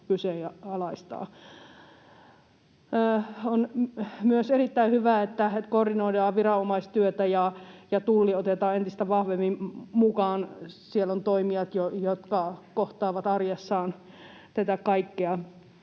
kyseenalaistaa. On myös erittäin hyvä, että koordinoidaan viranomaistyötä ja Tulli otetaan entistä vahvemmin mukaan. Siellä on toimijat, jotka kohtaavat arjessaan tätä kaikkea.